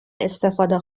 استفاده